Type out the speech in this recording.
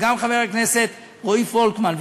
וגם חבר הכנסת פולקמן.